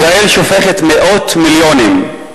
ישראל שופכת מאות מיליונים,